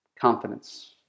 Confidence